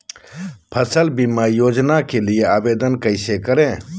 फसल बीमा योजना के लिए आवेदन कैसे करें?